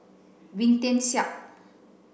Wee Tian Siak